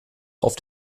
auf